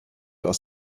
aus